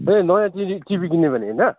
ओइ नयाँ TV TV किन्ने भनेको होइन